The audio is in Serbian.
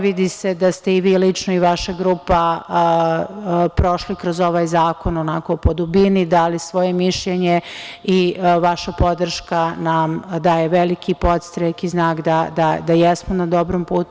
Vidi se da ste i vi lično i vaša grupa prošli kroz ovaj zakon onako po dubini, dali svoje mišljenje i vaša podrška nam daje veliki podstrek i znak da jesmo na dobrom putu.